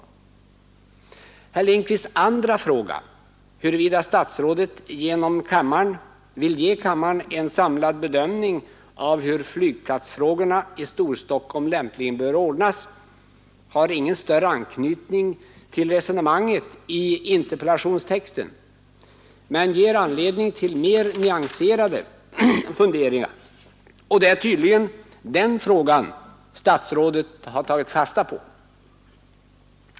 Herr Lindkvists andra fråga, huruvida statsrådet vill ge kammaren en samlad bedömning av hur flygplatsfrågorna i Storstockholm lämpligen bör ordnas, har ingen större anknytning till resonemanget i interpellationstexten men ger anledning till mer nyanserade funderingar. Och det är tydligen den frågan statsrådet har tagit fasta på.